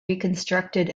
reconstructed